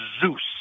Zeus